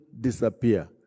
disappear